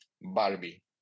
Barbie